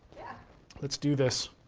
let's do this.